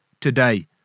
Today